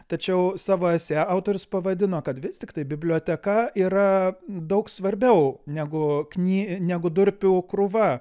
tačiau savo esė autorius pavadino kad vis tiktai biblioteka yra daug svarbiau negu kny negu durpių krūva